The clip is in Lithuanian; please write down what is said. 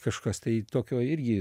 kažkas tai tokio irgi